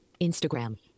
instagram